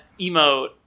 emote